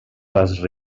les